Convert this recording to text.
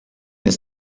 this